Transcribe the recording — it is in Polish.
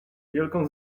wielką